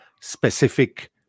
specific